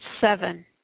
seven